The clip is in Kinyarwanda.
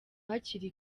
hakiri